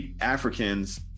Africans